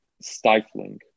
stifling